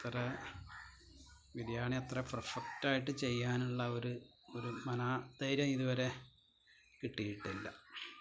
അത്രേ ബിരിയാണി അത്ര പെർഫ്ക്റ്റായിട്ട് ചെയ്യാനുള്ള ഒരു ഒരു മനോധൈര്യം ഇതുവരെ കിട്ടിയിട്ടില്ല